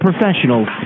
professionals